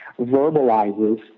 verbalizes